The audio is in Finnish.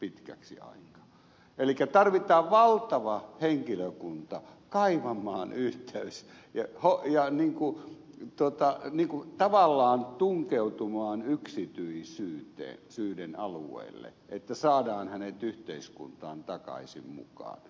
elikkä tarvitaan valtava henkilökunta kaivamaan yhteys ja niin kuin tavallaan tunkeutumaan yksityisyyden alueelle että saadaan hänet yhteiskuntaan takaisin mukaan